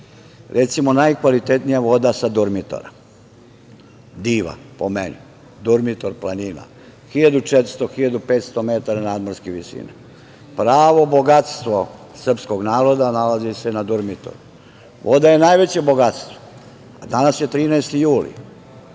Recimo, najkvalitetnija voda sa Durmitora, Diva, po meni, Durmitor planina, 1400, 1500 metara nadmorske visine. Pravo bogatstvo srpskog naroda nalazi se na Durmitoru. Voda je najveće bogatstvo. Danas je 13. juli,